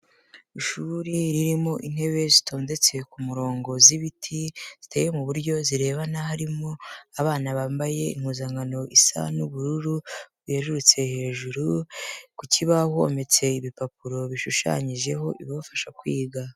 Ishuri ririmo intebe zitondetse ku murongo z'ibiti ziteye mu buryo zirebana, harimo abana bambaye impuzankano isa n'ubururu bwerurutse hejuru, ku kibaho hometse ibipapuro bishushanyijeho ibabafasha kwiga.